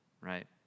right